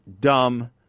dumb